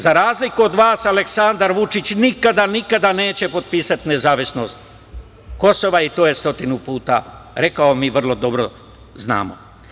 Za razliku od vas, Aleksandar Vučić nikada, nikada neće potpisati nezavisnost Kosova i to je 100 puta rekao, a mi vrlo dobro znamo.